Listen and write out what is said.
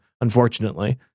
unfortunately